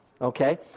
Okay